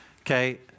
okay